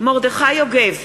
מרדכי יוגב,